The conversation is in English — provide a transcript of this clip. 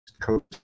Coast